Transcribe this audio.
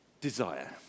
desire